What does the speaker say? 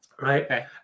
right